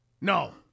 No